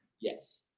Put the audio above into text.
Yes